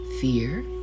fear